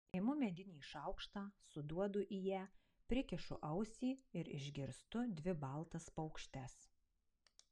imu medinį šaukštą suduodu į ją prikišu ausį ir išgirstu dvi baltas paukštes